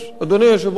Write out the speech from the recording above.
אדוני היושב-ראש,